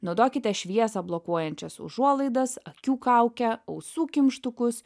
naudokite šviesą blokuojančias užuolaidas akių kaukę ausų kimštukus